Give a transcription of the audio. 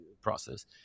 process